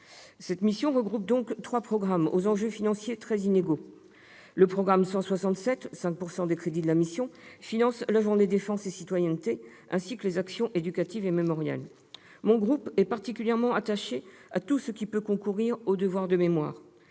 Cette mission regroupe trois programmes de poids financier très inégal. Le programme 167, qui représente 5 % des crédits de la mission, finance la Journée défense et citoyenneté, ainsi que les actions éducatives et mémorielles. Mon groupe est particulièrement attaché à tout ce qui peut concourir à l'exercice du devoir